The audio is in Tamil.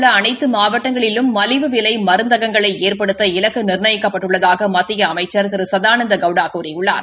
உள்ள அனைத்து மாவட்டங்களிலும் மலிவு விலை மருந்தகங்களை இலக்கு ஏற்படுத்த நாட்டில் நிர்ணயிக்கப்பட்டுள்ளதாக மத்திய அமைச்சா் திரு சதானந்தகவுடா கூறியுள்ளார்